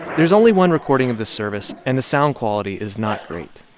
there's only one recording of the service, and the sound quality is not great